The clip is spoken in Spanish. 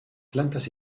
plantas